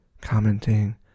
commenting